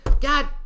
God